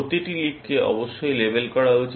প্রতিটি লিফকে অবশ্যই লেবেল করা উচিত